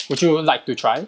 would you like to try